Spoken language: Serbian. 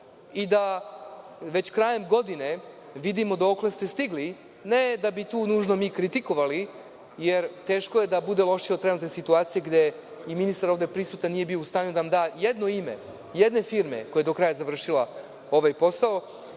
i da već krajem godine vidimo dokle ste stigli, ne da bismo kritikovali, jer teško je da bude lošije od trenutne situacije gde i ministar ovde prisutan nije bio u stanju da nam da jedno ime jedne firme koja je do kraja završila ovaj posao.